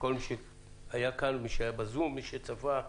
מי שהיה כאן ומי שהיה ב"זום" ומי שצפה בדיון.